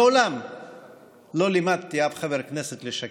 מעולם לא לימדתי אף חבר כנסת לשקר,